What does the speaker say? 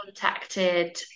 contacted